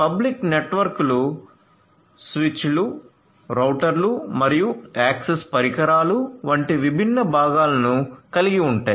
public నెట్వర్క్లు స్విచ్లు రౌటర్లు మరియు యాక్సెస్ పరికరాలు వంటి విభిన్న భాగాలను కలిగి ఉంటాయి